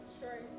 sure